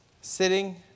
Sitting